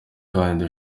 kandi